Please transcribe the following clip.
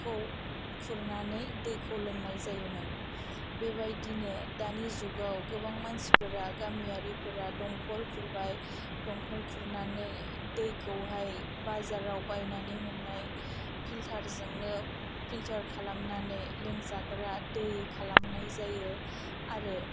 खौ खुरनानै दैखौ लोंनाय जायोमोन बेबायदिनो दानि जुगाव गोबां मानसिफोरा गामियारिफोरा दमखल खुरबाय दमखल खुरनानै दैखौहाय बाजाराव बायनानै मोननाय फिल्टारजोंनो फिल्टार खालामनानै लोंजाग्रा दै खालामनाय जायो आरो